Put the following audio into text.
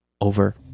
over